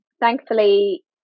thankfully